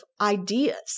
ideas